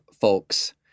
folks